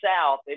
south